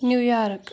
New York